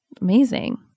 amazing